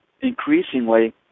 increasingly